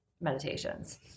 meditations